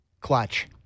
Clutch